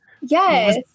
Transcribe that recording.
Yes